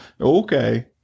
Okay